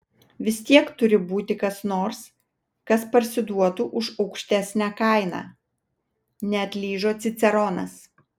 vis tiek turi būti kas nors kas parsiduotų už aukštesnę kainą neatlyžo ciceronas